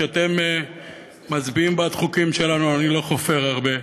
כשאתם מצביעים בעד חוקים שלנו אני לא חופר הרבה,